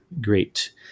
great